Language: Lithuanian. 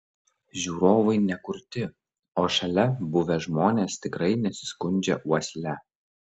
žiūrovai ne kurti o šalia buvę žmonės tikrai nesiskundžia uosle